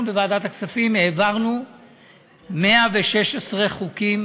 אנחנו בוועדת הכספים העברנו 116 חוקים